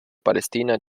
palestina